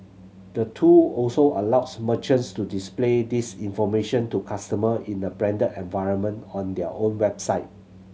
the tool also allows merchants to display this information to customer in the branded environment on their own website